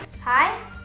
Hi